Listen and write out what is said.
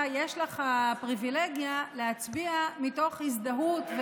יש לך פריבילגיה להצביע מתוך הזדהות,